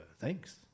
Thanks